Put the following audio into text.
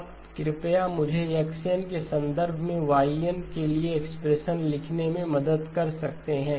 अब आप कृपया मुझे x n के संदर्भ में Y1 n के लिए एक्सप्रेशन लिखने में मदद कर सकते हैं